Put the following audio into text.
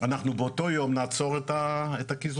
אנחנו באותו יום נעצור את הקיזוזים.